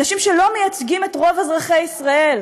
אנשים שלא מייצגים את רוב אזרחי ישראל,